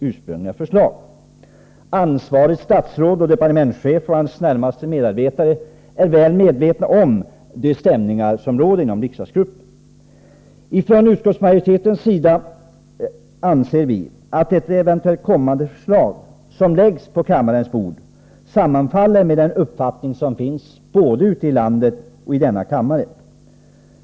Den ansvarige departementschefen och hans närmaste medarbetare är väl medvetna om de stämningar som råder inom riksdagsgruppen. Från utskottsmajoritetens sida anser vi att ett eventuellt kommande förslag skall sammanfalla med den uppfattning som finns både ute i landet och i denna kammare.